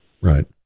right